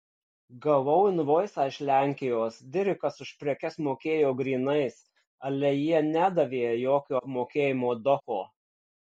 gavau invoisą iš lenkijos dirikas už prekes mokėjo grynais ale jie nedavė jokio apmokėjimo doko